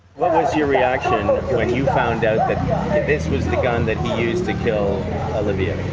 what was your reaction when you found out this this was the gun that he used to kill olivia?